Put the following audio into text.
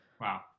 Wow